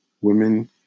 women